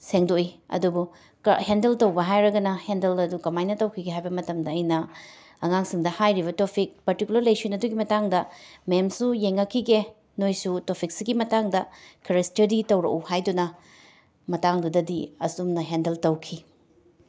ꯁꯦꯡꯗꯣꯛꯏ ꯑꯗꯨꯕꯨ ꯀ ꯍꯦꯟꯗꯜ ꯇꯧꯕ ꯍꯥꯏꯔꯒꯅ ꯍꯦꯟꯗꯜ ꯑꯗꯨ ꯀꯃꯥꯏꯅ ꯇꯧꯈꯤꯒꯦ ꯍꯥꯏꯕ ꯃꯇꯝꯗ ꯑꯩꯅ ꯑꯉꯥꯡꯁꯤꯡꯗ ꯍꯥꯏꯔꯤꯕ ꯇꯣꯐꯤꯛ ꯄꯔꯇꯤꯀꯨꯂꯔ ꯂꯦꯁꯟ ꯑꯗꯨꯒꯤ ꯃꯇꯥꯡꯗ ꯃꯦꯝꯁꯨ ꯌꯦꯡꯂꯛꯈꯤꯒꯦ ꯅꯣꯏꯁꯨ ꯇꯣꯐꯤꯛꯁꯤꯒꯤ ꯃꯇꯥꯡꯗ ꯈꯔ ꯁ꯭ꯇꯗꯤ ꯇꯧꯔꯛꯎ ꯍꯥꯏꯗꯨꯅ ꯃꯇꯥꯡꯗꯨꯗꯗꯤ ꯑꯁꯨꯝꯅ ꯍꯦꯟꯗꯜ ꯇꯧꯈꯤ